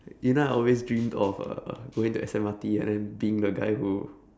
you know I always dreamed of uh going to S_M_R_T and then being the guy who